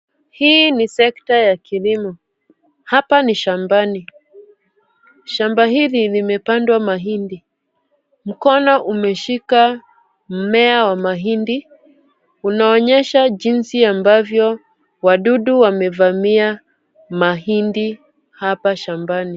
Hii ni secta ya kilimo, hapa ni shambani. Shamba hili limepandwa mahindi. Mkono umeshika mimea wa mahindi, unaonyesha jinsi ambavyo wadudu wamevamia mahindi hapa shambani.